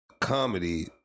comedy